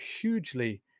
hugely